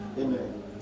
Amen